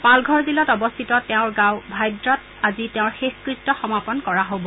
পালঘৰ জিলাত অৱস্থিত তেওঁৰ গাঁও ভা দ্ৰাইত আজি তেওঁৰ শেষকৃত্য সম্পন্ন কৰা হব